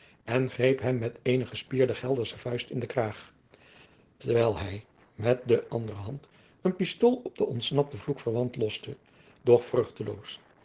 en greep hem met eene gespierde geldersche vuist in de kraag terwijl hij met de andere hand een pistool op den ontsnapten vloekverwant loste doch